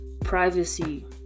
privacy